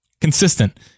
Consistent